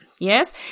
Yes